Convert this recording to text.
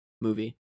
movie